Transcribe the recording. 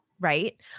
Right